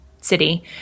city